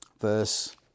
verse